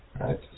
right